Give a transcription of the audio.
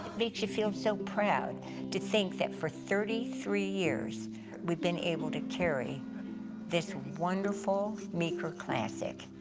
makes you feel so proud to think that for thirty three years we've been able to carry this wonderful meeker classic.